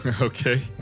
Okay